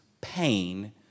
pain